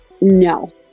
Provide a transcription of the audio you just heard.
no